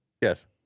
Yes